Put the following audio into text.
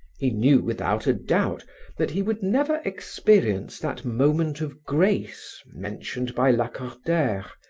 he knew without a doubt that he would never experience that moment of grace mentioned by lacordaire,